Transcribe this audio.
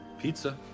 Pizza